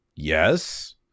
Yes